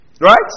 Right